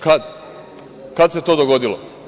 Kad se to dogodilo?